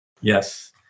Yes